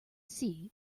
see